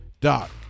Doc